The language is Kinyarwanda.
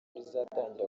rizatangira